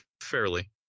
fairly